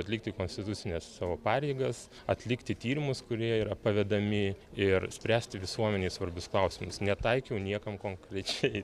atlikti konstitucines savo pareigas atlikti tyrimus kurie yra pavedami ir spręsti visuomenei svarbius klausimus netaikiau niekam konkrečiai